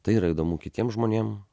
tai yra įdomu kitiem žmonėm